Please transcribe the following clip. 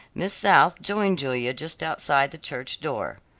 miss south joined julia just outside the church door.